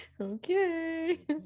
Okay